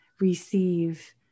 receive